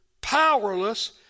powerless